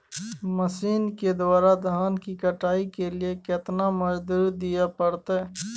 Machine के द्वारा धान की कटाइ के लिये केतना मजदूरी दिये परतय?